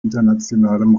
internationalem